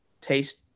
taste